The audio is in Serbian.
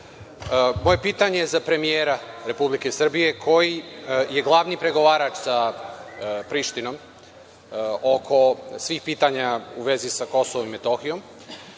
moje pitanje je za premijera Republike Srbije, koji je glavni pregovarač sa Prištinom oko svih pitanja u vezi sa Kosovom i Metohijom,